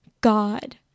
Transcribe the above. God